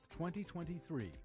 2023